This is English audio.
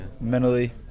mentally